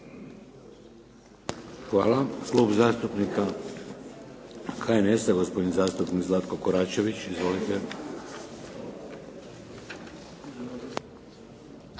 Hvala. Klub zastupnika HNS-a, gospodin zastupnik Zlatko Koračević. Izvolite.